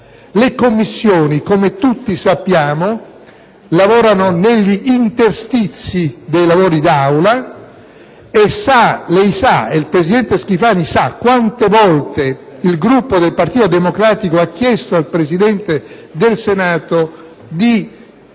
Le Commissioni, come tutti sappiamo, lavorano negli interstizi dei lavori d'Aula. Lei sa, signora Presidente, e lo sa anche il Presidente Schifani, quante volte il Gruppo del Partito Democratico ha chiesto al Presidente del Senato di